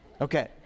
Okay